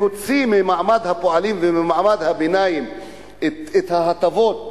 להוציא ממעמד הפועלים וממעמד הביניים את ההטבות,